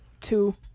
two